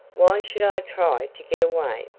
why should i try to get away?